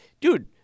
dude